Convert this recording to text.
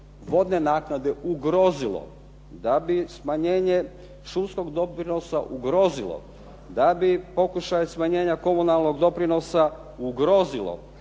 vodne naknade ugrozilo, da bi smanjenje šumskog doprinosa ugrozilo, da bi pokušaj smanjenja komunalnog doprinosa ugrozilo,